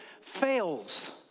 fails